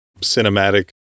cinematic